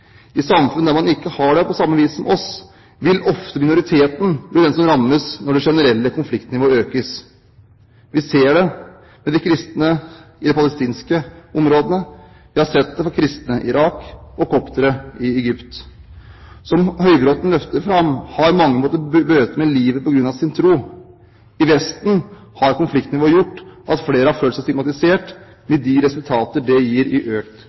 I samfunn der man ikke har det på samme vis som oss, vil ofte minoriteten bli den som rammes når det generelle konfliktnivået økes. Vi ser det med de kristne i de palestinske områdene, vi har sett det for kristne i Irak og koptere i Egypt. Som Høybråten løfter fram, har mange måttet bøte med livet på grunn av sin tro. I Vesten har konfliktnivået gjort at flere har følt seg stigmatisert – med de resultater det gir i økt